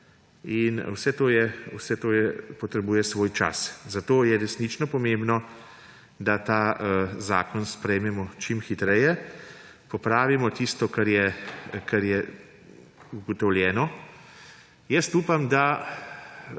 in vse to potrebuje svoj čas. Zato je resnično pomembno, da ta zakon sprejmemo čim hitreje, popravimo tisto, kar je ugotovljeno. Upam, da